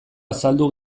azaldu